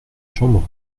chambre